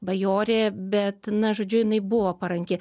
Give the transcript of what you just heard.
bajorė bet na žodžiu jinai buvo paranki